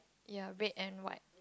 ya red and white